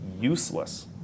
useless